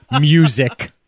Music